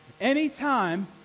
anytime